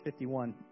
51